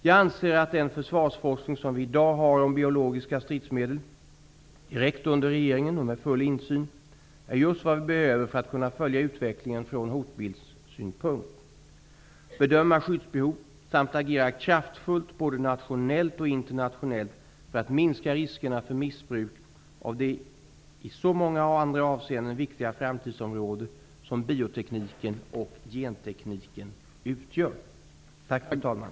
Jag anser att den försvarsforskning som vi i dag har om biologiska stridsmedel -- direkt under regeringen och med full insyn -- är just vad vi behöver för att kunna följa utvecklingen från hotbildssynpunkt, bedöma skyddsbehov samt agera kraftfullt både nationellt och internationellt för att minska riskerna för missbruk av det i så många andra avseenden viktiga framtidsområde som biotekniken och gentekniken utgör.